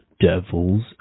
Devil's